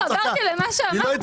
מאוד חשוב מה שהוא אומר.